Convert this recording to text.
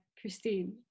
Christine